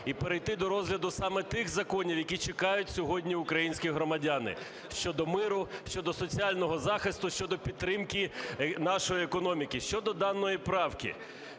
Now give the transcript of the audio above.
і перейти до розгляду саме тих законів, які чекають сьогодні українські громадяни: щодо миру, щодо соціального захисту, щодо підтримки нашої економіки. Щодо даної правки.